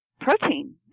protein